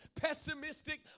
pessimistic